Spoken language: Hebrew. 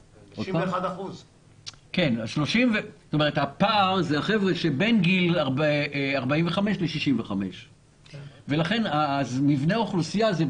61%. הפער זה החבר'ה שבין הגילאים 45 65. במבנה האוכלוסייה אנחנו